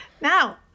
now